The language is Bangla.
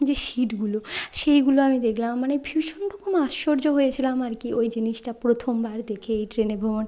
যে সিটগুলো সেইগুলো আমি দেখলাম মানে ভীষণ কোনো আশ্চর্য হয়েছিলাম আর কি ওই জিনিসটা প্রথমবার দেখে এই ট্রেনে ভ্রমণ